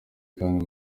kandi